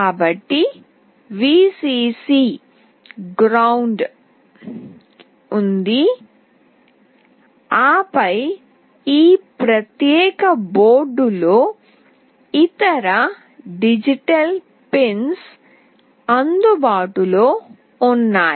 కాబట్టి Vcc ground ఉంది ఆపై ఈ ప్రత్యేక బోర్డులో ఇతర డిజిటల్ పిన్స్ అందుబాటులో ఉన్నాయి